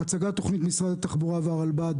הצגת תוכנית משרד התחברה והרלב"ד